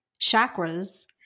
chakras